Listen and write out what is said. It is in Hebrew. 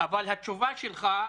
התשובה שלך,